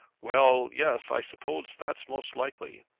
well, yes i suppose that's most likely.